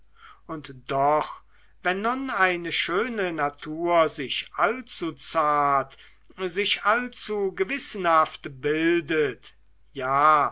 und doch wenn nun eine schöne natur sich allzu zart sich allzu gewissenhaft bildet ja